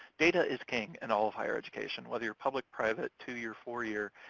data is king in all of higher education, whether you're public, private, two-year, four-year.